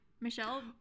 Michelle